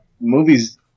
movies